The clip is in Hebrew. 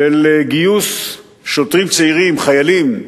של גיוס שוטרים צעירים, חיילים,